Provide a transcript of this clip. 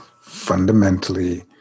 fundamentally